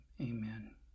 Amen